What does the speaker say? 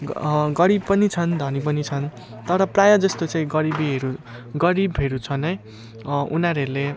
गरिब पनि छन् धनी पनि छन् तर प्रायः जस्तो चाहिँ गरिबीहरू गरिबहरू छन् है उनीहरूले